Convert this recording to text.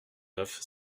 neuf